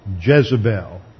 Jezebel